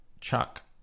Chuck